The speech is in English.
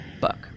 book